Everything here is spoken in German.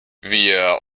wir